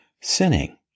sinning